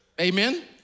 Amen